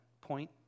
point